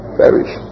perish